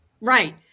Right